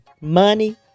money